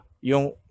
Yung